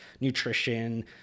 Nutrition